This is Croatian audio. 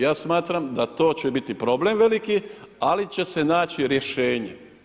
Ja smatram da to će biti problem veliki, ali će se naći rješenje.